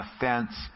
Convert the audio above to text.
offense